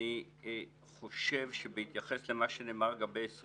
אני חושב שבהתייחס למה שנאמר לגבי 2030